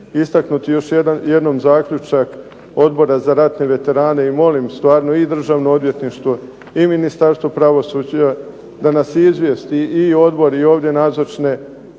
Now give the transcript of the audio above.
istaknuti još jedan zaključak Odbora za ratne veterane i molim stvarno i Državno odvjetništvo i Ministarstvo pravosuđa da nas izvijesti, i odbor i ovdje nazočne